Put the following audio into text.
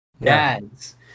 dads